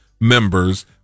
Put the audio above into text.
members